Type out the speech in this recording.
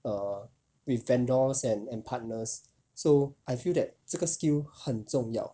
err with vendors and and partners so I feel that 这个 skill 很重要